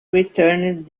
returned